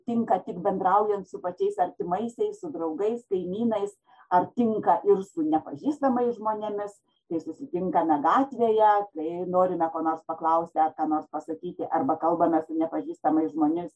tinka tik bendraujant su pačiais artimaisiais su draugais kaimynais ar tinka ir su nepažįstamais žmonėmis kai susitinkame gatvėje bei norime ko nors paklausti ar ką nors pasakyti arba kalbame su nepažįstamais žmoniais